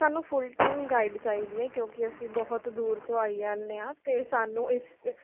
ਸਾਨੂੰ full time guide ਚਾਹੀਦੀ ਹੈ ਕਿਉਂਕਿ ਅਸੀਂ ਬਹੁਤ ਦੂਰ ਤੋਂ ਆਈ ਜਾਂਦੇ ਹਾਂ ਅਤੇ ਸਾਨੂੰ ਇਸ